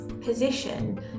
position